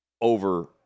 over